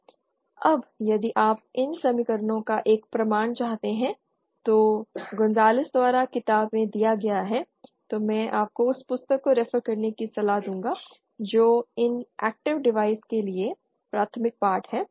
अब यदि आप इन समीकरणों का एक प्रमाण चाहते हैं तो यह गिलर्मो गोंजालेस द्वारा किताब में दिया गया है तो मैं आपको उस पुस्तक को रेफेर करने की सलाह दूंगा जो इन एक्टिव डिवाइस के लिए प्राथमिक पाठ है